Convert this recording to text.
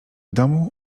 domu